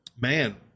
man